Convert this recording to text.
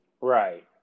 Right